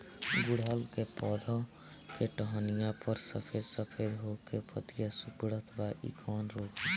गुड़हल के पधौ के टहनियाँ पर सफेद सफेद हो के पतईया सुकुड़त बा इ कवन रोग ह?